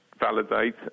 validate